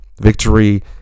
victory